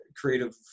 creative